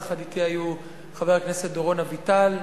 ויחד אתי היו חבר הכנסת דורון אביטל,